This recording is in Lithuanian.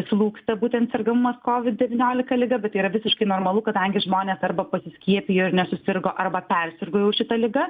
slūgsta būtent sergamumas kovid devyniolika liga bet yra visiškai normalu kadangi žmonės arba pasiskiepijo nesusirgo arba persirgo jau šita liga